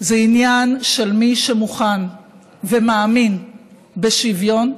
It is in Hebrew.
זה עניין של מי שמוכן ומאמין בשוויון,